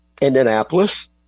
Indianapolis